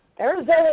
Arizona